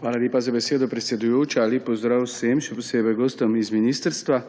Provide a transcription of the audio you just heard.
Hvala lepa za besedo, predsedujoča. Lep pozdrav vsem, še posebej gostom iz ministrstva!